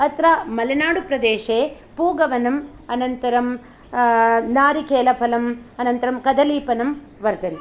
अत्र मलनाडुप्रदेशे पूगवनं अनन्तरं नारिकेलफलं अनन्तरं कदलीफलं वर्धन्ति